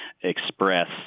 express